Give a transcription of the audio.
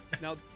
Now